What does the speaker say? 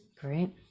Great